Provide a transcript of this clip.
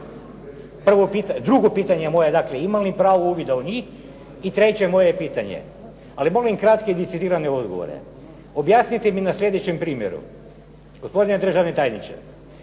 Drugo pitanje moje, dakle imam li pravo uvida u njih? I treće moje pitanje, ali molim kratke i decidirane odgovore. Objasnite mi na sljedećem primjeru, gospodine državni tajniče,